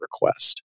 request